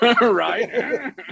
right